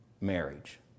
marriage